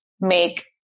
make